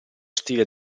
stile